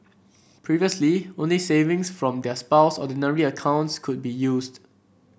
previously only savings from their spouse's Ordinary accounts could be used